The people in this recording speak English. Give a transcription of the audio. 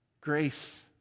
Grace